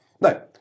No